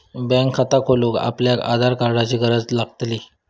bank खाता खोलूक आपल्याक आधार कार्डाची गरज लागतली